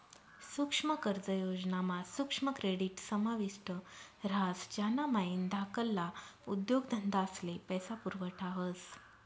सुक्ष्म कर्ज योजना मा सुक्ष्म क्रेडीट समाविष्ट ह्रास ज्यानामाईन धाकल्ला उद्योगधंदास्ले पैसा पुरवठा व्हस